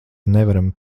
nevaram